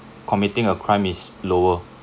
committing a crime is lower